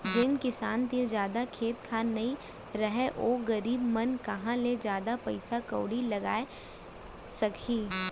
जेन किसान तीर जादा खेत खार नइ रहय ओ गरीब मन कहॉं ले जादा पइसा कउड़ी लगाय सकहीं